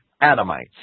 Adamites